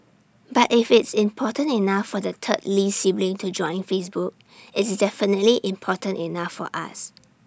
but if it's important enough for the third lee sibling to join Facebook it's definitely important enough for us